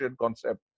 concept